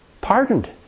Pardoned